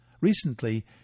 Recently